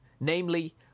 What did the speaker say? namely